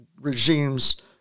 regimes